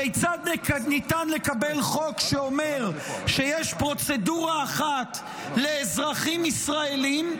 כיצד ניתן לקבל חוק שאומר שיש פרוצדורה אחת לאזרחים ישראלים,